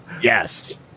Yes